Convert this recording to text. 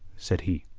said he.